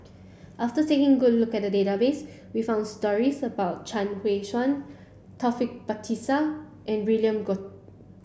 after taking good look at the database we found stories about Chuang Hui Tsuan Taufik Batisah and William Goode